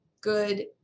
good